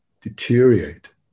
deteriorate